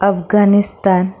Afghanistan